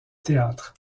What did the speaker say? théâtre